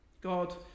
God